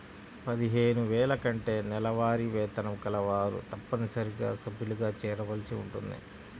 పదిహేను వేల కంటే నెలవారీ వేతనం కలవారు తప్పనిసరిగా సభ్యులుగా చేరవలసి ఉంటుంది